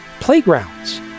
playgrounds